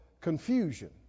confusion